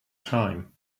time